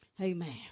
amen